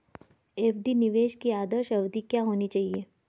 FD निवेश की आदर्श अवधि क्या होनी चाहिए?